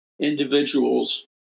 individuals